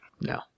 No